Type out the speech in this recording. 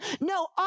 No